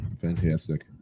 fantastic